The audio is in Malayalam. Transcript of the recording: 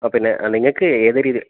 ആ പിന്നെ നിങ്ങൾക്ക് ഏത് രീതിയിൽ